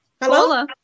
hello